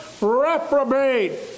reprobate